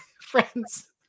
Friends